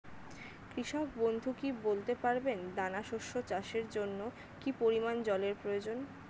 কৃষক বন্ধু কি বলতে পারবেন দানা শস্য চাষের জন্য কি পরিমান জলের প্রয়োজন?